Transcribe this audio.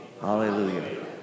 Hallelujah